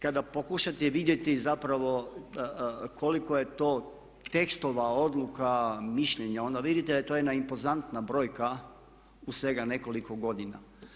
Kada pokušate vidjeti zapravo koliko je to tekstova, odluka, mišljenja onda vidite da je to jedna impozantna brojka u svega nekoliko godina.